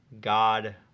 God